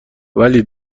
ولی